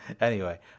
Anyway